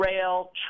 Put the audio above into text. rail